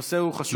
הנושא חשוב.